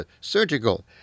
Surgical